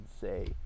say